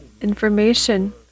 Information